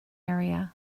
area